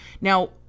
Now